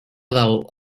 dalt